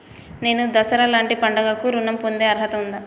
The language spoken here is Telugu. నేను దసరా లాంటి పండుగ కు ఋణం పొందే అర్హత ఉందా?